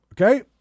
okay